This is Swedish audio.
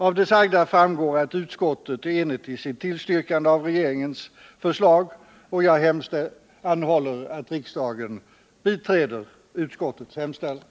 Av det sagda framgår att utskottet är enigt i sitt tillstyrkande av regeringens förslag. Jag anhåller att riksdagen biträder utskottets hemställan.